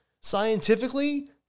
Scientifically